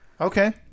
okay